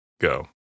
go